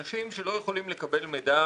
אנשים שלא יכולים לקבל מידע